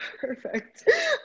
perfect